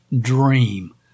dream